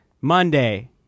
Monday